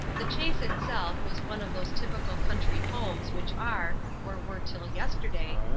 the chase itself was one of those typical country homes which are, or were till yesterday,